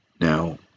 now